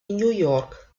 نيويورك